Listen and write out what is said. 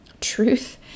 truth